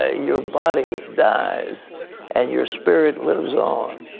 ah your body dies and your spirit lives on.